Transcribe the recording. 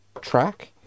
track